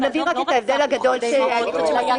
נבהיר רק את ההבדל הגדול שאני חושבת שמטריד